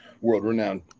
world-renowned